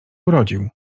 urodził